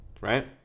right